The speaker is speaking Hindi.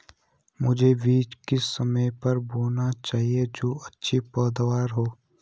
मुझे बीज किस समय पर बोना चाहिए जो अच्छी पैदावार हो?